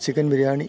chicken biryani